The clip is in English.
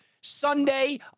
Sunday